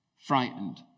frightened